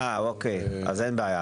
אין בעיה.